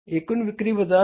एकूण विक्री वजा B